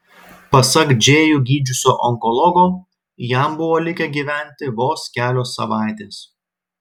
pasak džėjų gydžiusio onkologo jam buvo likę gyventi vos kelios savaitės